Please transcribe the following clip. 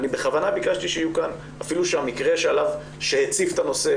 ואני בכוונה ביקשתי שיהיו כאן אפילו שהמקרה שהציף את הנושא